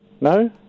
No